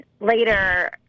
later